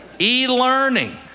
E-learning